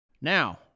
Now